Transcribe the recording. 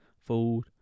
Food